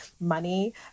money